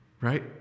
right